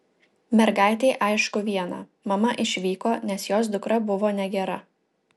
mergaitei aišku viena mama išvyko nes jos dukra buvo negera